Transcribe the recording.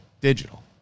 digital